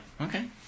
okay